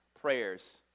prayers